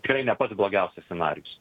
tikrai ne pats blogiausias scenarijus